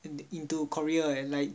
in into Korea eh like